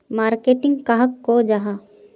Marketing कहाक को जाहा?